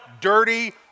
dirty